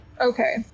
Okay